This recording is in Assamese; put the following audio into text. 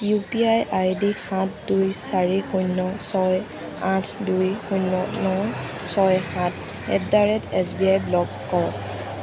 U P I I D সাত দুই চাৰি শূন্য ছয় আঠ দুই শূন্য ন ছয় সাত at the rate S B I block কৰক